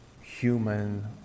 human